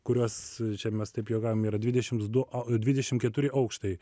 kuriuos čia mes taip juokaujam yra dvidešimts du dvidešim keturi aukštai